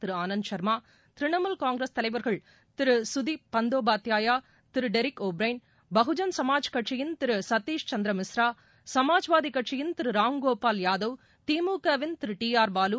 திரு Anand Sharma Trinamool Congress தலைவர்கள் Thiru Sudip Bandopadhyay Thiru Derek O'Brien Bahujan Samaj கட்சியின் திரு சதீஷ் சந்திர மிஸ்ரா சமாஜ்வாதி கட்சியின் திரு ராம்கோபால் யாதவ் திமுகவிள் திரு டி ஆர் பாலு